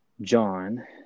John